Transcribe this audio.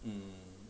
mm